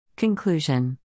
Conclusion